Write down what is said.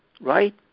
right